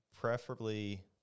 preferably